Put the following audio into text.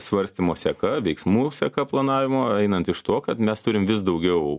svarstymo seka veiksmų seka planavimo einant iš to kad mes turim vis daugiau